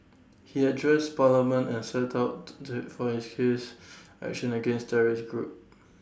he address parliament and set out for his case action against the terrorist group